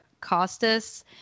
costas